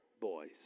boys